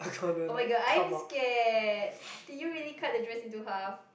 oh-my-god I am scared did you really cut the dress into half